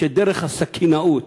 שדרך הסכינאות